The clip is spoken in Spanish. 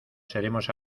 seremos